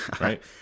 right